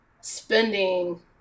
spending